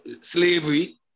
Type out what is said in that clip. slavery